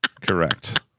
Correct